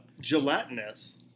gelatinous